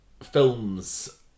Film's